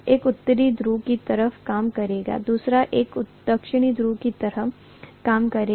एक उत्तरी ध्रुव की तरह काम करेगा दूसरा एक दक्षिणी ध्रुव की तरह काम करेगा